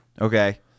Okay